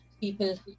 people